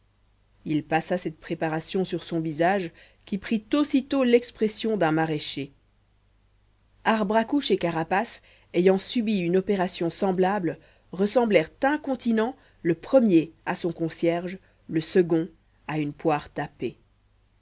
il passa cette préparation sur son visage qui prit aussitôt l'expression d'un maraîcher arbre à couche et carapace ayant subi une opération semblable ressemblèrent incontinent le premier à son concierge le second à une poire tapée